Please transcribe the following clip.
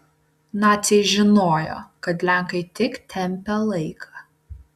naciai žinojo kad lenkai tik tempia laiką